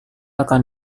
akan